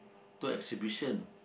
to exhibition